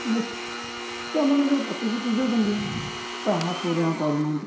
ନେତାମାନେ ଯେଉଁ ପ୍ରତିଶ୍ରୁତି ଦେଉଛନ୍ତି ତାହା ପୂରଣ କରୁନାହାନ୍ତି